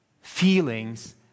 feelings